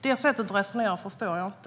Det sättet att resonera förstår jag inte.